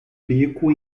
beco